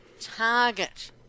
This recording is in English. target